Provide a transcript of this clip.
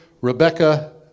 Rebecca